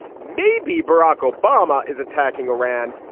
maybe barack obama is attacking iran,